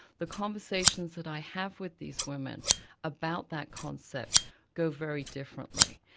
the conversations that i have with these women about that concept go very differently,